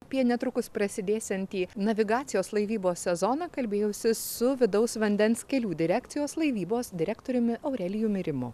pie netrukus prasidėsiantį navigacijos laivybos sezoną kalbėjausi su vidaus vandens kelių direkcijos laivybos direktoriumi aurelijumi rimu